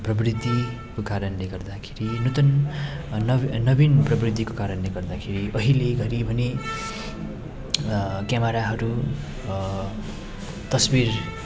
प्रविधिको कारणले गर्दाखेरि हुनु त नबी नवीन प्रविधिको कारणले गर्दाखेरि अहिलेघडी भने क्यामराहरू तस्विर